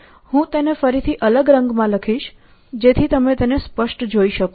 હું તેને ફરીથી અલગ રંગમાં લખીશ જેથી તમે તેને સ્પષ્ટ જોઈ શકો